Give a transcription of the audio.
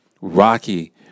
Rocky